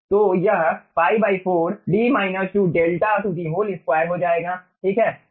तो यह π 4 D 2 𝛿2 हो जाएगा ठीक है